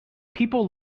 people